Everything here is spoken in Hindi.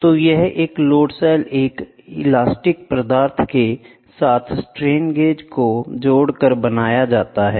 तो यह एक लोड सेल एक इलास्टिक पदार्थ के साथ स्ट्रेन गेज को जोड़कर बनाया जाता है